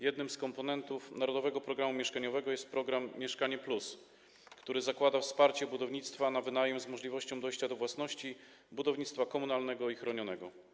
Jednym z komponentów „Narodowego programu mieszkaniowego” jest program „Mieszkanie+”, który zakłada wsparcie budownictwa na wynajem z możliwością dojścia do własności, budownictwa komunalnego i chronionego.